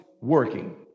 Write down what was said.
working